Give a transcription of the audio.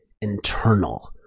internal